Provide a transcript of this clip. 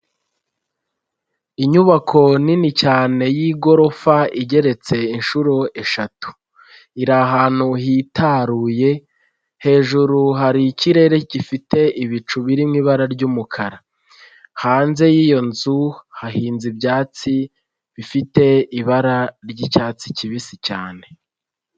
inyubako nini cyane y'igorofa igeretse inshuro eshatu, iri ahantu hitaruye hejuru hari ikirere gifite ibicu birimo ibara ry'umukara, hanze y'iyo nzu hahinze ibyatsi bifite ibara ry'icyatsi kibisi cyane.